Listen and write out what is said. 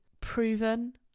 proven